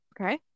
Okay